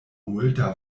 multa